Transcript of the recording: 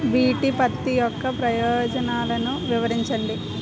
BT పత్తి యొక్క ప్రయోజనాలను వివరించండి?